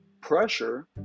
pressure